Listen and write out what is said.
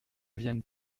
viennent